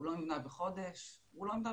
הוא לא נבנה בחודש ולא בחודשיים,